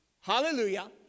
Hallelujah